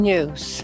News